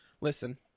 Listen